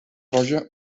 roja